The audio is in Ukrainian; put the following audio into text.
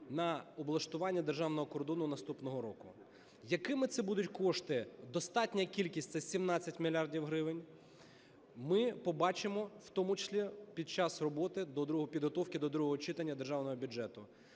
на облаштування державного кордону наступного року. Якими це будуть кошти, достатня кількість – це 17 мільярдів гривень, ми побачимо в тому числі під час роботи, підготовки до другого читання державного бюджету.